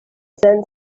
send